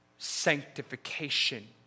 sanctification